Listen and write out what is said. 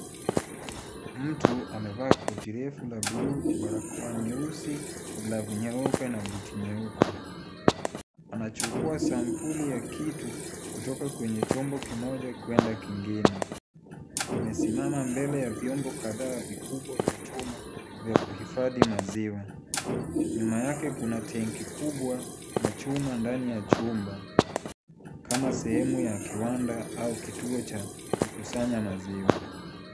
Mtu amevaa koti refu la (cs)blue(cs), barakoa nyeusi, glavu nyeupe na buti nyeupe. Anachukua sampuli ya kitu kutoka kwenye chombo kimoja kwenda kingine. Amesimama Mbele ya vyombo kadhaa vikubwa vya chuma vya kuhifadhi maziwa. Nyuma yake kuna tenki kubwa na chuma ndani ya chumba kama sehemu ya kiwanda au kituo cha kukusanya maziwa.